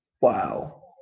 Wow